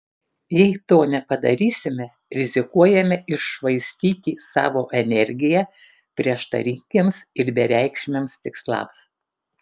jei to nepadarysime rizikuojame iššvaistyti savo energiją prieštaringiems ir bereikšmiams tikslams